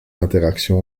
interactions